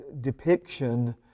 depiction